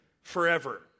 forever